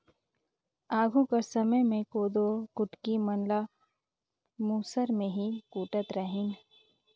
आघु कर समे मे कोदो कुटकी मन ल मूसर मे ही कूटत रहिन